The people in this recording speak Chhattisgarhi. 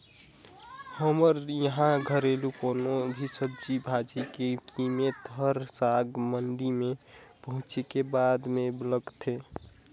हमर इहां घरेलु कोनो भी सब्जी भाजी के कीमेत हर साग मंडी में पहुंचे के बादे में लगथे